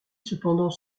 cependant